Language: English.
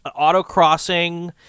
autocrossing